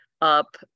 up